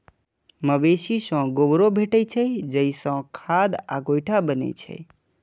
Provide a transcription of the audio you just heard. मवेशी सं गोबरो भेटै छै, जइसे खाद आ गोइठा बनै छै